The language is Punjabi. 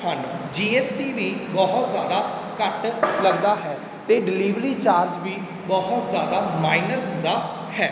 ਹਨ ਜੀ ਐੱਸ ਟੀ ਵੀ ਬਹੁਤ ਜ਼ਿਆਦਾ ਘੱਟ ਲੱਗਦਾ ਹੈ ਅਤੇ ਡਿਲਿਵਰੀ ਚਾਰਜ ਵੀ ਬਹੁਤ ਜ਼ਿਆਦਾ ਮਾਈਨਰ ਹੁੰਦਾ ਹੈ